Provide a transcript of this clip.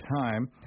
time